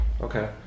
Okay